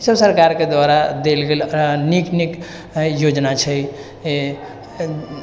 ई सभ सरकारके द्वारा देल गेल नीक नीक योजना छै